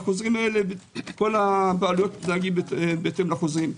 וכל הבעלויות מתנהגים בהתאם לחוזים.